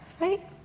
right